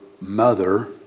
mother